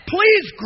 Please